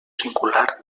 singular